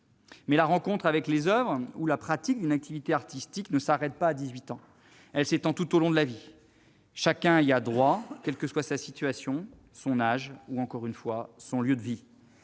la rencontre avec les oeuvres, comme la pratique d'une activité artistique, ne s'arrête pas à 18 ans. Elle s'étend tout au long de la vie. Chacun y a droit, quels que soient sa situation, son âge ou- j'y insiste -son lieu de vie.